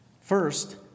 First